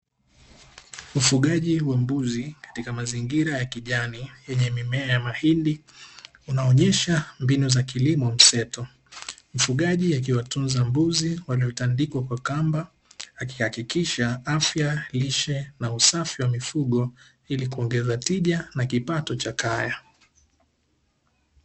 Ufugaji wa mbuzi katika mazingira ya kijani yenye mimea ya mahindi unaonesha mbinu za kilimo mseto; mfugaji akiwatunza mbuzi waliotandikwa kwa kamba akihakikisha afya, lishe na usafi wa mifugo ilikuongeza tija na kipato cha kaya.